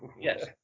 Yes